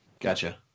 Gotcha